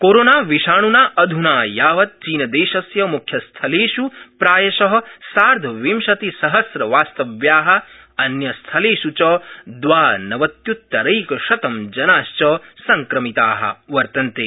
कोरोनाविषाण्ना अध्ना यावत् चीनदेशस्य म्ख्यस्थलेष् प्रायश सार्द्धविंशतिसहस्रवास्तव्या अन्यस्थलेष् च द्वानवत्यृत्तरैकशतं जनाश्च संक्रमिता वर्तन्ते